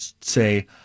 say